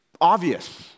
obvious